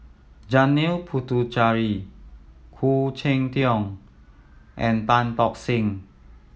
Janil Puthucheary Khoo Cheng Tiong and Tan Tock Seng